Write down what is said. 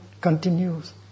continues